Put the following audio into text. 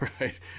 right